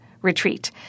retreat